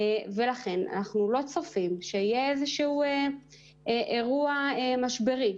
לכן אנחנו לא צופים שיהיה איזשהו אירוע משברי.